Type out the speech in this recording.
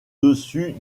dessus